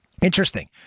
Interesting